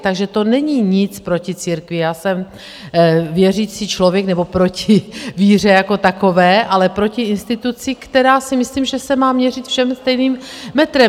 Takže to není nic proti církvi, já jsem věřící člověk, nebo proti víře jako takové, ale proti instituci, která, myslím si, že se má měřit všem stejným metrem.